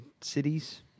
cities